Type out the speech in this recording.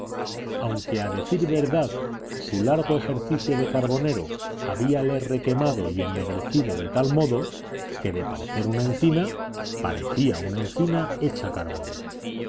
aunque a decir verdad su largo ejercicio de carbonero habíale requemado y ennegrecido de tal modo que de parecer una encina parecía una encina hecha carbón